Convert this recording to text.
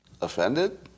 offended